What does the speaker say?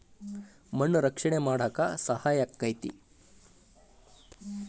ಮಣ್ಣ ರಕ್ಷಣೆ ಮಾಡಾಕ ಸಹಾಯಕ್ಕತಿ